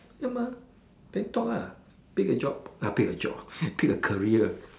ya lah then talk lah pick a job uh pick a job pick a career